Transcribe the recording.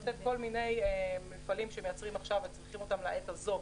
לאפשר למפעלים שמייצרים עכשיו וצריכים אותם לעת הזו